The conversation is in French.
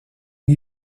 une